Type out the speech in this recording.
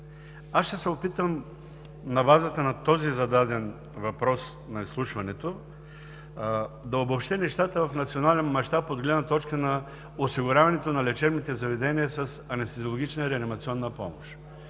на Детската болница. На базата на този зададен въпрос от изслушването, ще се опитам да обобщя нещата в национален мащаб от гледна точка на осигуряването на лечебните заведения с анестезиологична и реанимационна помощ.